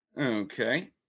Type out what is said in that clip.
Okay